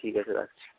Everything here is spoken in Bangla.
ঠিক আছে রাখছি